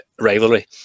rivalry